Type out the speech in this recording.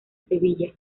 sevilla